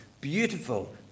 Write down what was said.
beautiful